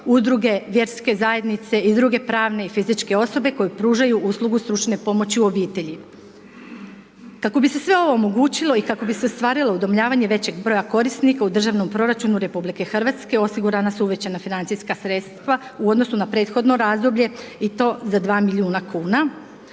udruge, vjerske zajednice i druge pravne i fizičke osobe koje pružaju uslugu stručne pomoći obitelji. Kako bi se sve ovo omogućilo i kako bi se ostvarilo udomljavanje većeg broja korisnika u Državnom proračunu Republike Hrvatske osigurana su uvećana financijska sredstva u odnosu na prethodno razdoblje i to za 2 milijuna kuna.